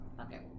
Okay